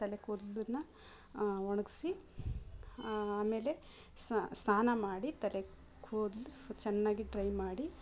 ತಲೆ ಕೂದಲನ್ನ ಒಣಗಿಸಿ ಆಮೇಲೆ ಸ ಸ್ನಾನ ಮಾಡಿ ತಲೆ ಕೂದಲು ಚೆನ್ನಾಗಿ ಡ್ರೈ ಮಾಡಿ